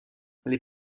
les